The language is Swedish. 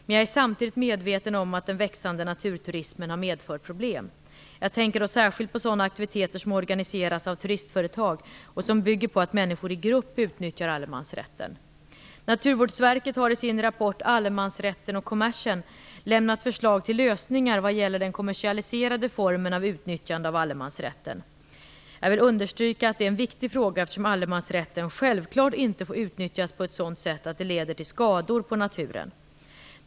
Men jag är samtidigt medveten om att den växande naturturismen har medfört problem. Jag tänker då särskilt på sådana aktiviteter som organiseras av turistföretag och som bygger på att människor i grupp utnyttjar allemansrätten. Naturvårdsverket har i sin rapport Allemansrätten och kommersen lämnat förslag till lösningar vad gäller den kommersialiserade formen av utnyttjande av allemansrätten. Jag vill understryka att det är en viktig fråga, eftersom allemansrätten självklart inte får utnyttjas på ett sådant sätt att det leder till skador på naturen.